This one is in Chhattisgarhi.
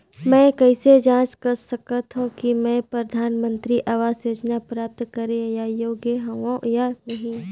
मैं कइसे जांच सकथव कि मैं परधानमंतरी आवास योजना प्राप्त करे बर योग्य हववं या नहीं?